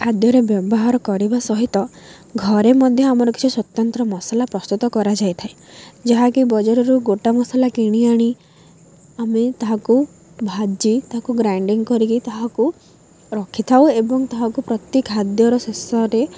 ଖାଦ୍ୟରେ ବ୍ୟବହାର କରିବା ସହିତ ଘରେ ମଧ୍ୟ ଆମର କିଛି ସ୍ୱତନ୍ତ୍ର ମସଲା ପ୍ରସ୍ତୁତ କରାଯାଇଥାଏ ଯାହାକି ବଜାରରୁ ଗୋଟା ମସଲା କିଣି ଆଣି ଆମେ ତାହାକୁ ଭାଜି ତାହାକୁ ଗ୍ରାଇଣ୍ଡିଙ୍ଗ୍ କରିକି ତାହାକୁ ରଖିଥାଉ ଏବଂ ତାହାକୁ ପ୍ରତି ଖାଦ୍ୟର ଶେଷରେ